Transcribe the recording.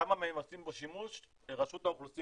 כמה מהם עושים בו שימוש רשות האוכלוסין